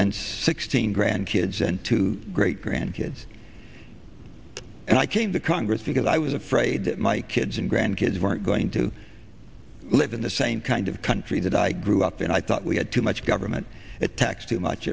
and sixteen grandkids and two great grandkids and i came to congress because i was afraid that my kids and grandkids weren't going to live in the same kind of country that i grew up in i thought we had too much government it taxed too much